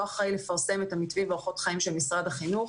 חיים,